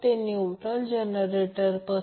तर त्या प्रकरणात हे जोडा R g j x g XL मिळेल